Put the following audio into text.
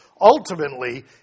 Ultimately